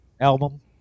album